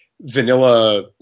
vanilla